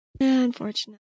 Unfortunately